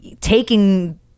Taking